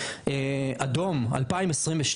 באדום, התשובות שניתנו ב-2022.